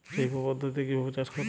জৈব পদ্ধতিতে কিভাবে চাষ করব?